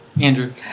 Andrew